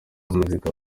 muzika